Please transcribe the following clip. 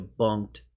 debunked